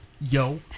yo